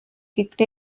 kicked